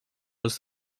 was